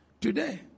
today